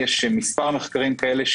יש מספר מחקרי עוקבה כאלה,